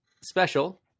special